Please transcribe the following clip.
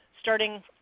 Starting